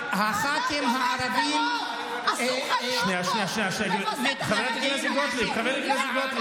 אני בוודאי אעצור את הדובר,